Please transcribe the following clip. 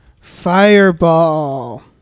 Fireball